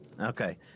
Okay